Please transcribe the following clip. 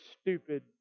stupid